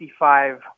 55